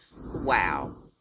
wow